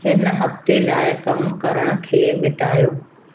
हिन हफ़्ते लाइ कमु करण खे मिटायो